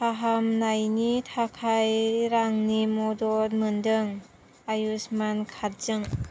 फाहामनायनि थाखाय रांनि मदद मोन्दों आयुष्मान कार्डजों